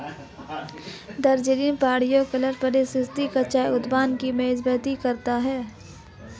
दार्जिलिंग पहाड़ियों की तलहटी में स्थित चाय उत्पादकों की मेजबानी करता है